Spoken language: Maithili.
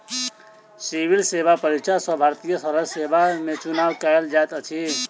सिविल सेवा परीक्षा सॅ भारतीय राजस्व सेवा में चुनाव कयल जाइत अछि